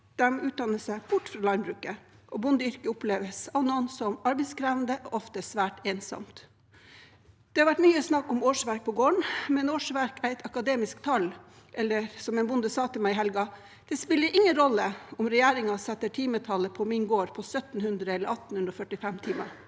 utdanner seg bort fra landbruket, og bondeyrket oppleves av noen som arbeidskrevende og ofte svært ensomt. Det har vært mye snakk om årsverk på gården. Men årsverk er et akademisk tall, eller som en bonde sa til meg i helgen: Det spiller ingen rolle om regjeringen setter timetallet på min gård til 1 700 eller 1 845 timer.